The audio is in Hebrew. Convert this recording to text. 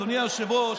אדוני היושב-ראש,